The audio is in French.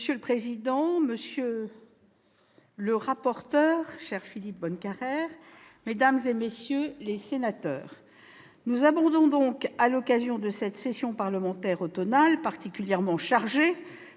Monsieur le président, monsieur le rapporteur, cher Philippe Bonnecarrère, mesdames, messieurs les sénateurs, nous abordons, à l'occasion de cette session parlementaire automnale particulièrement chargée